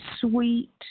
sweet